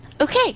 Okay